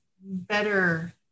better